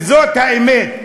וזאת האמת.